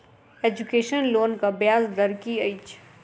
Education लोनक ब्याज दर की अछि?